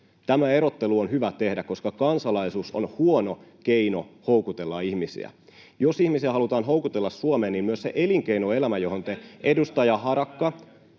Tämä erottelu on hyvä tehdä, koska kansalaisuus on huono keino houkutella ihmisiä. Jos ihmisiä halutaan houkutella Suomeen, niin myös se elinkeinoelämä, johon te, edustaja Harakka...